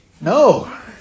No